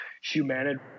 humanity